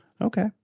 Okay